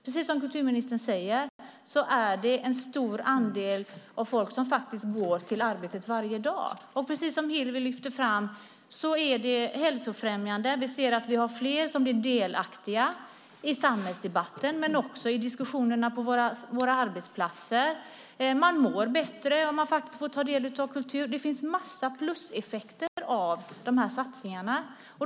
Precis som kulturministern säger är det en stor andel människor som faktiskt går till arbetet varje dag, och precis som Hillevi lyfter fram är det hälsofrämjande. Vi ser att fler blir delaktiga i samhällsdebatten och också i diskussionerna på våra arbetsplatser. Man mår bättre om man får ta del av kultur. Det finns en massa pluseffekter av sådana satsningar.